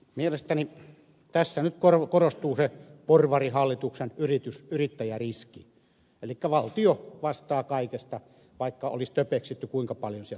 mielestäni tässä nyt korostuu se porvarihallituksen yrittäjäriski elikkä valtio vastaa kaikesta vaikka olisi töpeksitty kuinka paljon tahansa siellä pankissa